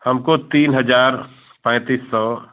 हमको तीन हज़ार पैंतीस सौ